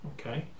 Okay